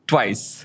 Twice